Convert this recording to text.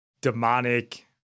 demonic